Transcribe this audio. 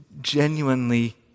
genuinely